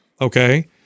okay